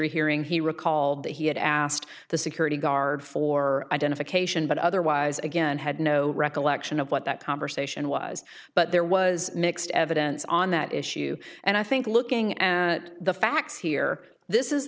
hearing he recalled that he had asked the security guard for identification but otherwise again had no recollection of what that conversation was but there was mixed evidence on that issue and i think looking at the facts here this is